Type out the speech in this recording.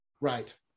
right